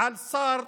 על שר,